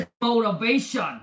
motivation